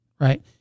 Right